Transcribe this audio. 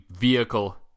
vehicle